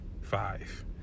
Five